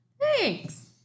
Thanks